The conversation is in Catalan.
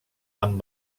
amb